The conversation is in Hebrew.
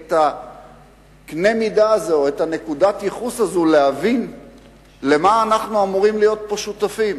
את נקודת הייחוס הזו להבין למה אנחנו אמורים להיות פה שותפים.